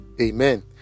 amen